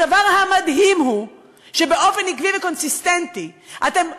הדבר המדהים הוא שבאופן עקבי וקונסיסטנטי אתם משכיחים,